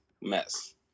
mess